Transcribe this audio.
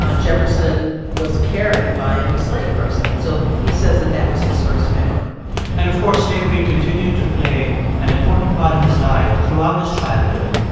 ah jefferson was carried by an enslaved person. and so he says that that was his first memory and, of course, slavery continued to play an important part in his life throughout his childhood.